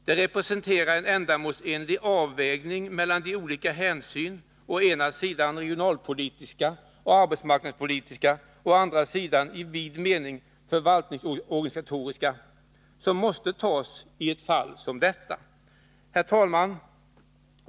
De representerar en ändamålsenlig avvägning mellan de olika hänsyn — å ena sidan regionalpolitiska och arbetsmarknadspolitiska, å andra sidan i vid mening förvaltningsorganisatoriska — som måste tas i ett fall som detta. Herr talman!